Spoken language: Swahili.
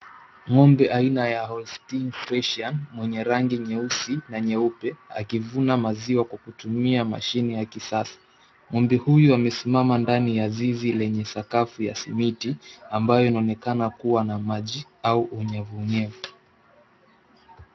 Ng'ombe aina ya Holstein Fresian mwenye rangi nyeusi na nyeupe akivuna maziwa kwa kutumia mashine ya kisasa. Ng'ombe huyu amesimama ndani ya zizi lenye sakafu ya simiti ambayo inaonekana kuwa na maji au unyevu nyevu.